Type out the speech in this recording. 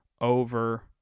over